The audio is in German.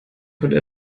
konnte